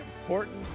important